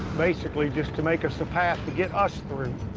basically just to make us a path to get us through.